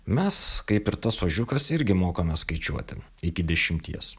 mes kaip ir tas ožiukas irgi mokame skaičiuoti iki dešimties